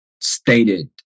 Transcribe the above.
stated